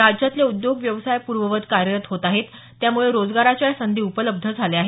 राज्यातले उद्योग व्यवसाय पूर्ववत कार्यरत होत आहेत त्यामुळे रोजगाराच्या या संधी उपलब्ध झाल्या आहेत